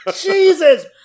Jesus